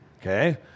Okay